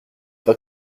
pas